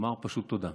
לומר פשוט תודה.